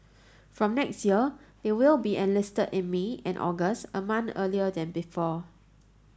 from next year they will be enlisted in May and August a month earlier than before